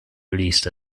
released